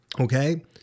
Okay